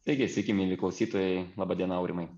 sveiki sveiki mieli klausytojai laba diena aurimai